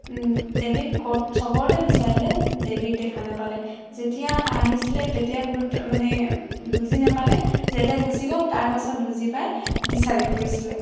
দেৱীক ক'ত সবতে বিচাৰিলে দেৱীক দেখা নাপালে যেতিয়া আহিছিলে তেতিয়া গুৰুত্ব মানে বুজি নাপালে যেতিয়া গুচি গ'ল তাৰপাছত বুজি পাই বিচাৰি ফুৰিছিলে